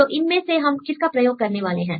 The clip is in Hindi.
तो इनमें से हम किसका प्रयोग करने वाले हैं